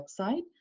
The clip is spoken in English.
website